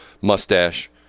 mustache